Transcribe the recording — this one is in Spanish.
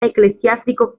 eclesiástico